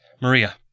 Maria